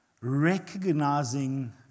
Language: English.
recognizing